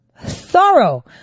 thorough